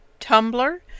Tumblr